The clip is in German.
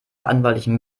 verantwortlichen